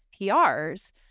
PRs